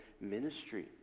ministry